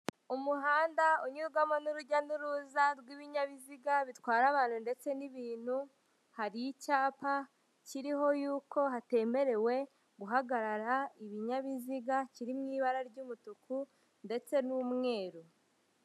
Umuhanda unyurwamo n'urujya n'uruza rw'ibinyabiziga bitwara abantu ndetse n'ibintu, hari icyapa kiriho yuko hatemerewe guhagarara ibinyabiziga, kiri mu ibara ry'umutuku ndetse n'umweru.